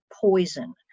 poison